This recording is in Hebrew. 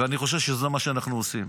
ואני חושב שזה מה שאנחנו עושים.